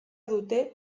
dute